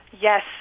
Yes